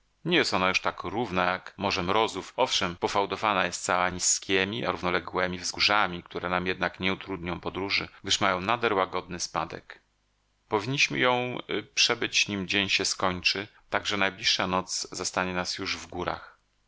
nie jest ona już taka równa jak morze mrozów owszem pofałdowana jest cała nizkiemi a równoległemi wzgórzami które nam jednak nie utrudnią podróży gdyż mają nader łagodny spadek powinniśmy ją przebyć nim dzień się skończy tak że najbliższa noc zastanie nas już w górach